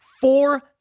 four